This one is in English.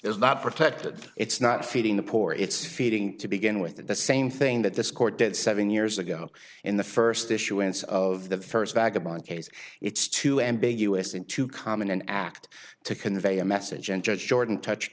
is not protected it's not feeding the poor it's feeding to begin with the same thing that this court at seven years ago in the first issuance of the first vagabond case it's too ambiguous and too common an act to convey a message and judge shorten touched